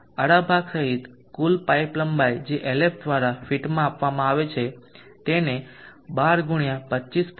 આડા ભાગ સહિત કુલ પાઇપ લંબાઈ જે Lf દ્વારા ફીટમાં આપવામાં આવે છે તેને 12 × 25